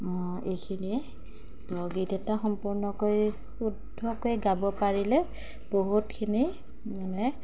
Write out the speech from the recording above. এইখিনিয়ে তো গীত এটা সম্পূৰ্ণকৈ শুদ্ধকৈ গাব পাৰিলে বহুতখিনি মানে